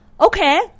okay